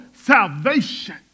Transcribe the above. salvation